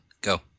go